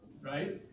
right